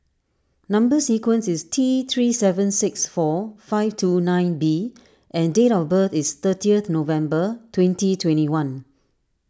Number Sequence is T three seven six four five two nine B and date of birth is thirtieth November twenty twenty one